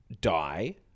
die